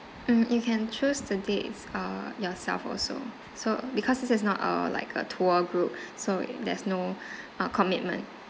mm you can choose the dates uh yourself also so because this is not uh like a tour group so there's no uh commitment